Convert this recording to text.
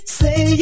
say